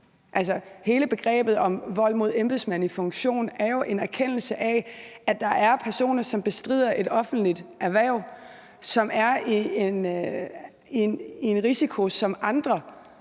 hele begrebet om vold mod embedsmænd i funktion er jo en erkendelse af, at der er personer, som bestrider et offentligt erhverv, og som er i en risiko, som andre ikke er i.